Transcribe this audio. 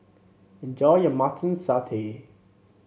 enjoy your Mutton Satay